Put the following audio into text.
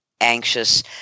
anxious